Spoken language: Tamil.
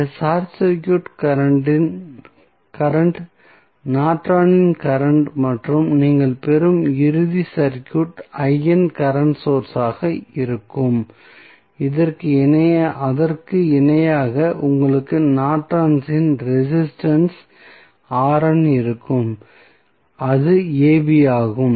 இந்த ஷார்ட் சர்க்யூட் கரண்ட் நார்டனின் கரண்ட் Nortons current மற்றும் நீங்கள் பெறும் இறுதி சர்க்யூட் கரண்ட் சோர்ஸ் ஆக இருக்கும் அதற்கு இணையாக உங்களுக்கு நார்டனின் ரெசிஸ்டன்ஸ் Nortons resistance இருக்கும் அது ab ஆகும்